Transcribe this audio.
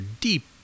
deep